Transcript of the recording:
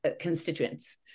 constituents